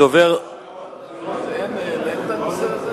יש ראשי הרשויות הערביות.